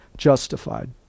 justified